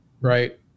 right